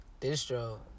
Distro